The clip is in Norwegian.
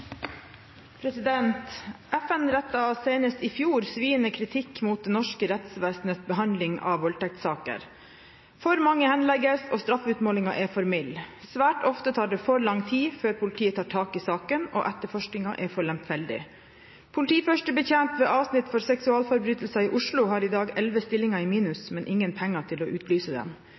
FN rettet senest i fjor sviende kritikk mot det norske rettsvesenets behandling av voldtektssaker. For mange henlegges, og straffeutmålingen er for mild. Svært ofte tar det for lang tid før politiet tar tak i saken, og etterforskningen er for lemfeldig. Politiførstebetjent ved avsnitt for seksualforbrytelser i Oslo har i dag elleve stillinger i